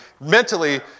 mentally